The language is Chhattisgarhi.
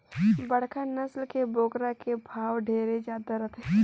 बड़खा नसल के बोकरा के भाव ढेरे जादा रथे